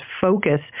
focus